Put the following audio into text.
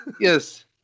Yes